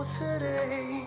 today